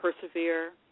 Persevere